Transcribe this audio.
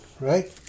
right